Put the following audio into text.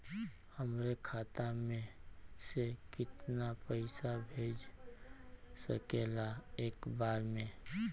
हमरे खाता में से कितना पईसा भेज सकेला एक बार में?